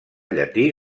llatí